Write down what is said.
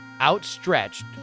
outstretched